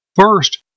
First